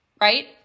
right